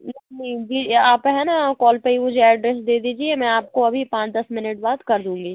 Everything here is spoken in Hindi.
नहीं बी आप है ना कॉल पे ही मुझे ऐड्रेस दे दीजिए मैं आपको अभी पाँच दस मिनट बाद कर दूँगी